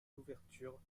l’ouverture